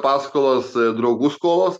paskolos draugų skolos